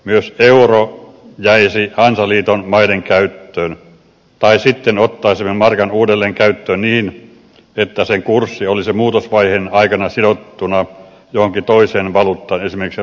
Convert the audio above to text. myös euro jäisi hansaliiton maiden käyttöön tai sitten ottaisimme markan uudelleen käyttöön niin että sen kurssi olisi muutosvaiheen aikana sidottuna johonkin toiseen valuuttaan esimerkiksi ruotsin kruunuun